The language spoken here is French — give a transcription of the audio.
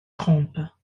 trompes